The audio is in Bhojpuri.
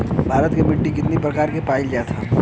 भारत में मिट्टी कितने प्रकार की पाई जाती हैं?